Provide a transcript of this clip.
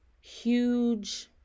huge